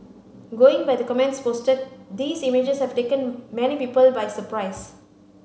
going by the comments posted these images have taken many people by surprise